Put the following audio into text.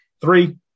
Three